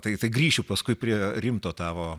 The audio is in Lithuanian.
tai tai grįšiu paskui prie rimto tavo